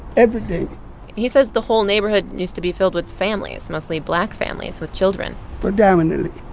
everything he says the whole neighborhood used to be filled with families, mostly black families with children predominantly